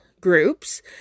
groups